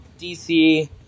DC